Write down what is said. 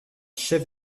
chef